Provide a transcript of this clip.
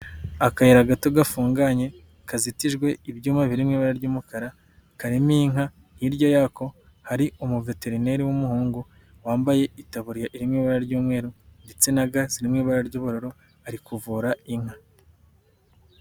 Akayira gato gafunganye kazitijwe ibyuma biri mui ibara ry'umukara karimo inka, hirya yako hari umuveterineri w'umuhungu wambaye itaburiya iri mu ibara ry'umweru ndetse na ga ziri mu ibara ry'uburo ari kuvura inka.